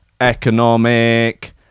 economic